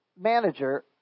manager